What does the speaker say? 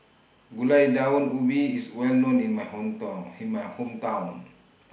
Gulai Daun Ubi IS Well known in My Hometown in My Hometown